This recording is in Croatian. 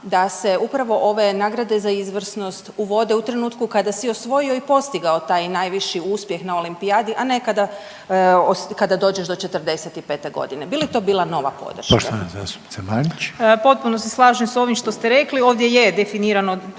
da se upravo ove nagrade za izvrsnost uvode u trenutku kada si osvojio i postigao taj najviši uspjeh na olimpijadi, a nekada kada dođeš do 45. godine, bili to bila nova podrška? **Reiner, Željko (HDZ)** Poštovana zastupnica Marić. **Marić, Andreja (SDP)** Potpuno se slažem s ovim što ste rekli, ovdje je definirano